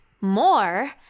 more